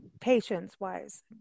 patience-wise